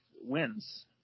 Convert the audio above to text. wins